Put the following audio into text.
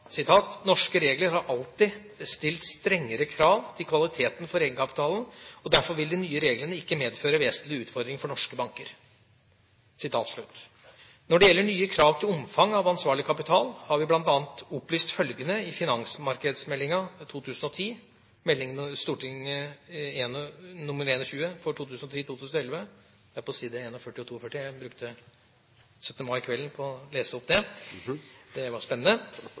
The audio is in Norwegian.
regler har alltid stilt strenge krav til kvaliteten for egenkapitalen, og derfor vil de nye reglene ikke medføre vesentlige utfordringer for norske banker.» Når det gjelder nye krav til omfang av ansvarlig kapital, har vi bl.a. opplyst følgende i Finansmarknadsmeldinga 2010, Meld. St. 21 for 2010–2011, – det står på s. 41 og 42, jeg brukte 17. mai-kvelden på å lese det; det var spennende: